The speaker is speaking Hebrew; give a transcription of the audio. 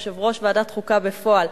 יושב-ראש ועדת החוקה בפועל,